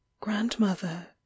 grandmother